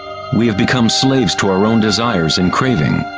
we have become slaves to our own desires and craving.